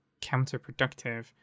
counterproductive